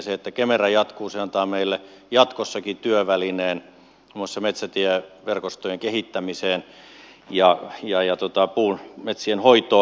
se että kemera jatkuu antaa meille jatkossakin työvälineen muun muassa metsätieverkostojen kehittämiseen ja metsien hoitoon